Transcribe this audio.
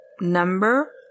Number